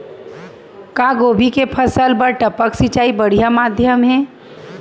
का गोभी के फसल बर टपक सिंचाई बढ़िया माधयम हे?